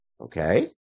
Okay